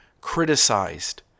criticized